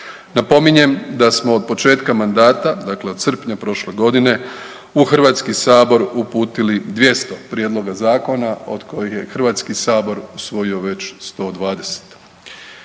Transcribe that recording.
Napominjem da smo od početka mandata, dakle od srpnja prošle godine u HS uputili 200 prijedloga zakona, od kojih je HS usvojio već 120.